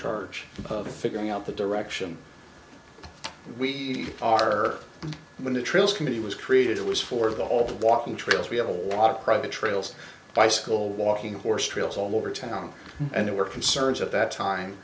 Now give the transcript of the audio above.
charge of figuring out the direction we are going to trails committee was created it was for the all the walking trails we have a lot of private trails by school walking horse trails all over town and there were concerns at that time